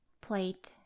plate